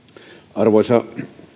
arvoisa